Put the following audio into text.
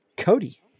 Cody